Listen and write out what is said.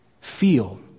feel